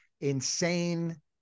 insane